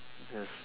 yes